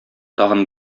тагын